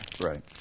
Right